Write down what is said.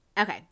Okay